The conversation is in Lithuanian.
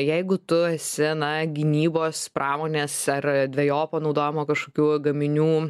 jeigu tu esi na gynybos pramonės ar dvejopo naudojimo kažkokių gaminių